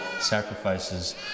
sacrifices